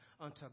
unto